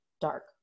dark